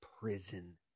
prison